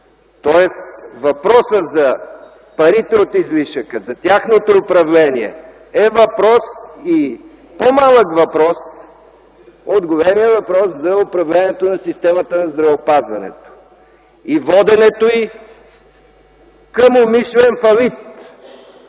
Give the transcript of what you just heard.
Тоест, въпросът за парите от излишъка, за тяхното управление, е по-малък въпрос от големия въпрос за управлението на системата на здравеопазването и воденето й към умишлен фалит